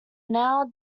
now